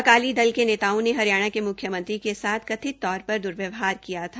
अकाली दल के नेताओं ने हरियाणा के म्ख्यमंत्री के साथ कथित तौर पर द्वर्व्यवहार किया था